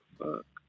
fuck